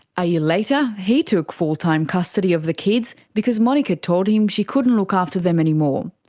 a year later he took full time custody of the kids, because monika told him she couldn't look after them anymore.